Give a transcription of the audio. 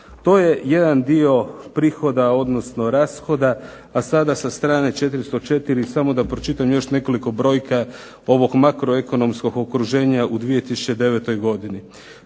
To je jedan dio prihoda, odnosno rashoda. A sada sa strane 404 samo da pročitam još nekoliko brojka ovog makroekonomskog okruženja u 2009. godini.